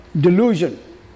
delusion